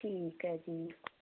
ਠੀਕ ਹੈ ਜੀ